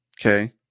Okay